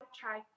try